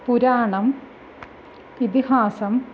पुराणम् इतिहासम्